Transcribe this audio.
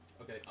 Okay